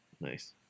nice